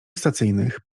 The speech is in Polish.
stacyjnych